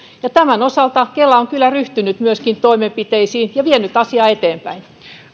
ja tämän osalta kela on kyllä ryhtynyt myöskin toimenpiteisiin ja vienyt asiaa eteenpäin